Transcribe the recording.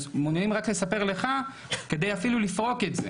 מוכנים רק לספר לך כדי אפילו לפרוק את זה,